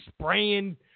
spraying